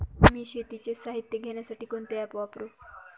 मी शेतीचे साहित्य घेण्यासाठी कोणते ॲप वापरु?